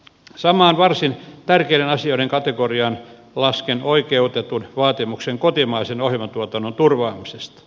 samaan varsin tärkeiden asioiden kategoriaan lasken oikeutetun vaatimuksen kotimaisen ohjelmatuotannon turvaamisesta